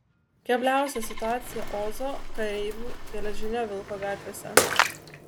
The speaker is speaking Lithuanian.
kebliausia situacija ozo kareivių geležinio vilko gatvėse